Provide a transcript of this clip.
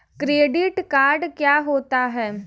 Credit card क्या होता है?